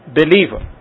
believer